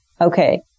Okay